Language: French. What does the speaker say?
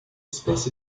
espèce